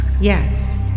Yes